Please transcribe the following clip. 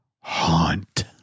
Haunt